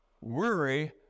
worry